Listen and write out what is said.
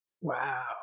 Wow